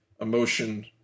emotion